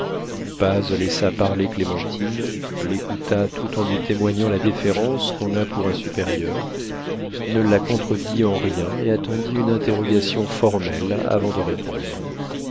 paz laissa parler clémentine l'écouta tout en lui témoignant la déférence qu'on a pour un supérieur ne la contredit en rien et attendit une interrogation formelle avant de répondre